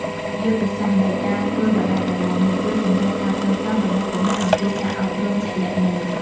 យុទ្ធសាស្ត្រនៃការធ្វើដដែលៗនេះ ជួយពង្រឹងការចងចាំរបស់កុមារអំពីសារអប់រំជាក់លាក់មួយ។